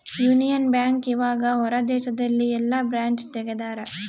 Union Bank ಇವಗ ಹೊರ ದೇಶದಲ್ಲಿ ಯೆಲ್ಲ ಬ್ರಾಂಚ್ ತೆಗ್ದಾರ